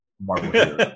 Marvel